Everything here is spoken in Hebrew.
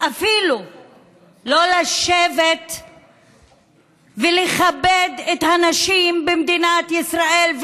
אפילו לא לשבת ולכבד את הנשים במדינת ישראל,